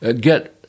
get—